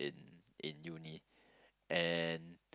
in in uni and